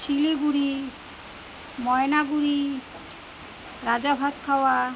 Siliguri Maynaguri Rajabhatkhawa